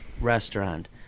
restaurant